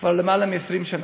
כבר למעלה מ-20 שנה,